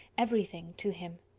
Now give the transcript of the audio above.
every thing, to him.